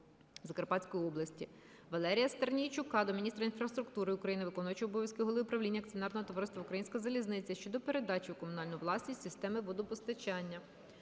Валерія Стернійчука до міністра інфраструктури України, виконуючого обов'язки голови правління Акціонерного товариства "Українська залізниця" щодо передачі в комунальну власність системи водопостачання.